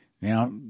Now